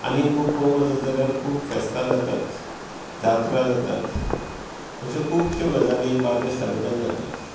आनीक खूब पळोवंक वचत जाल्यार खूब फेस्तां जातात जात्रां जातात अश्यो खूबश्यो गजाली बार्देश तालुक्यांत जातात